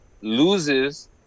loses